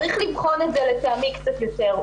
צריך לבחון את זה לטעמי קצת יותר.